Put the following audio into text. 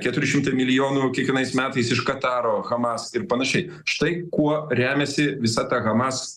keturi šimtai milijonų kiekvienais metais iš kataro hamas ir panašiai štai kuo remiasi visa ta hamas